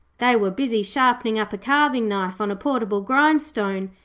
they were busy sharpening up a carving knife on a portable grind-stone,